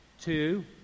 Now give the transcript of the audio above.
two